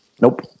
nope